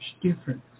difference